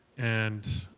and